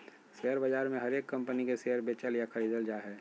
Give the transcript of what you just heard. share बाजार मे हरेक कम्पनी के शेयर बेचल या खरीदल जा हय